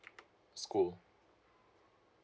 school